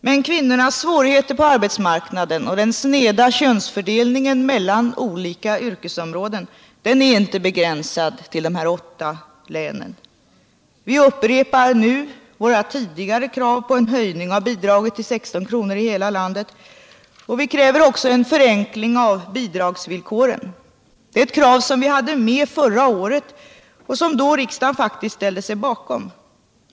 Men kvinnornas svårigheter på arbetsmarknaden och den sneda könsfördelningen mellan olika yrkesområden är inte begränsad till dessa åtta län. Vi upprepar nu vårt tidigare krav på en höjning av bidraget till 16 kr. i hela landet. Vi kräver också en förenkling av bidragsvillkoren. Det är ett krav som vi hade med förra året och som riksdagen då faktiskt ställde sig bakom.